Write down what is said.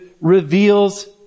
reveals